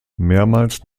mehrmals